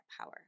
power